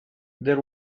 there